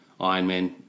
Ironman